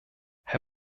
herr